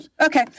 Okay